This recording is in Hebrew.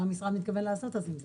מה המשרד מתכוון לעשות בזה?